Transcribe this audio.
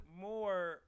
more